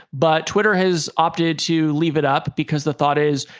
but twitter has opted to leave it up because the thought is,